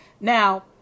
Now